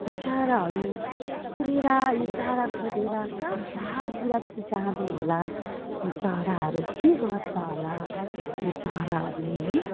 विचाराहरू उडेर यो चारो खोजेर कहाँ पहाडतिर जाँदो होला यो चराहरू के गर्छ होला यो चराहरूले है